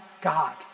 God